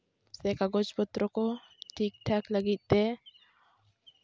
ᱥᱮ ᱠᱟᱜᱚᱡᱽ ᱯᱚᱛᱨᱚ ᱠᱚ ᱴᱷᱤᱠ ᱴᱷᱟᱠ ᱞᱟᱹᱜᱤᱫ ᱛᱮ